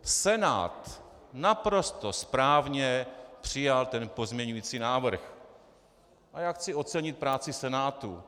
Senát naprosto správně přijal ten pozměňovací návrh a já chci ocenit práci Senátu.